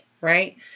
Right